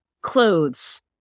clothes